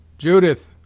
judith,